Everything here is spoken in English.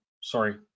sorry